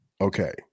Okay